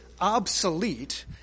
obsolete